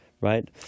right